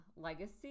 legacy